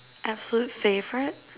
absolute favorite